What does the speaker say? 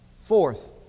Fourth